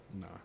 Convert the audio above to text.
No